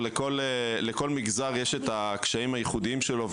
אבל לכל מגזר יש הקשיים הייחודיים שלו,